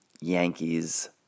Yankees